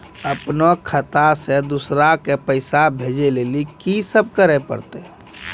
अपनो खाता से दूसरा के पैसा भेजै लेली की सब करे परतै?